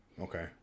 okay